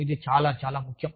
ఇది చాలా చాలా చాలా ముఖ్యం